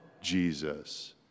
Jesus